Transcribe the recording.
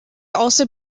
also